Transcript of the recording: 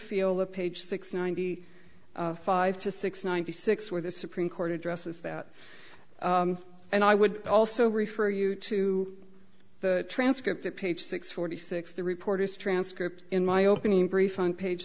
feel the page six ninety five to six ninety six where the supreme court addresses that and i would also refer you to the transcript at page six forty six the reporter's transcript in my opening brief on page